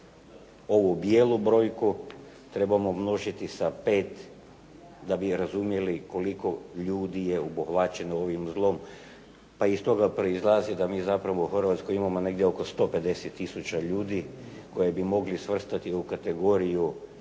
ovu bijelu brojku trebamo množiti sa 5 da bi razumjeli koliko ljudi je obuhvaćeno ovim zlom. Pa iz toga proizlazi da mi zapravo u Hrvatskoj imamo negdje oko 150 tisuća ljudi koje bi mogli svrstati u kategoriju